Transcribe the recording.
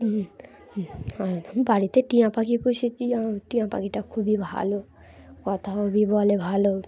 বাড়িতে টিঁয়া পাখি পুষি দয় টিঁয়া পাখিটা খুবই ভালো কথাও বলে ভালো